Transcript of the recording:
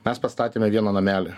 mes pastatėme vieną namelį